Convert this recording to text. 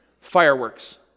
fireworks